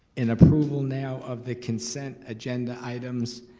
an approval now of the consent agenda items?